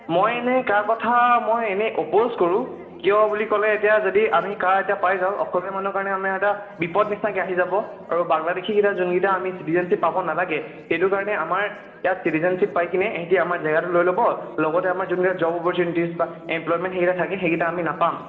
মই এনেই কা কথা মই এনে অ'পোজ কৰোঁ কিয় বুলি ক'লে এতিয়া যদি আমি কা এতিয়া পাই যাওঁ অসমীয়া মানুহৰ কাৰণে আমাৰ এটা বিপদ নিচিনাকৈ আহি যাব আৰু বাংলাদেশীকেইটা যোনকেইটা আমি চিটিজেনশ্বিপ পাব নালাগে সেইটো কাৰণে আমাৰ ইয়াত চিটিজেনশ্বিপ পাই কিনে ইহঁতি আমাৰ জেগাটো লৈ ল'ব লগতে আমাৰ যোনকেইটা জব অপৰ্চ্যুনিটিজ বা এম্প্লয়মেণ্ট সেইকেইটা থাকে সেইকেইটা আমি নাপাম